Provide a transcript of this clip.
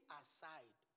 aside